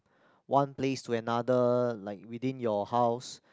one place to another like within your house